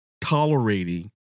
tolerating